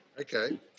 Okay